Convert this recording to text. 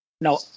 no